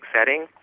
setting